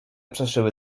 przeszyły